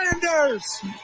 Sanders